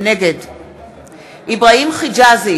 נגד אבראהים חג'אזי,